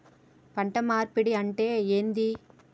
పంట మార్పిడి అంటే ఏంది?